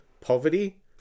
Poverty